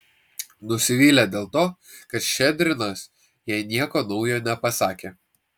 nusivylė dėl to kad ščedrinas jai nieko naujo nepasakė